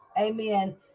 amen